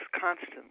constant